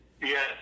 Yes